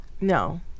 No